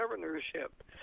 governorship